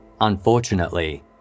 Unfortunately